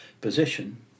position